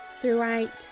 throughout